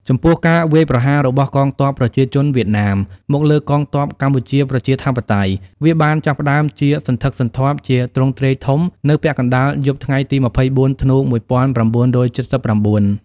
ចំពោះការវាយប្រហាររបស់កងទ័ពប្រជាជនវៀតណាម មកលើកងទ័ពកម្ពុជាប្រជាធិបតេយ្យ វាបានចាប់ផ្តើមជាសន្ធឹកសន្ធាប់ជាទ្រង់ទ្រាយធំ នៅពាក់កណ្តាលយប់ថ្ងៃទី ២៤ ធ្នូ ១៩៧៩។